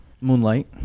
Moonlight